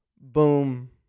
Boom